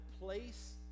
place